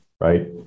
right